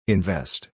Invest